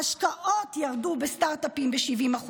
ההשקעות בסטרטאפים ירדו ב-70%.